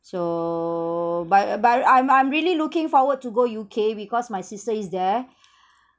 so but uh but I'm I'm really looking forward to go U_K because my sister is there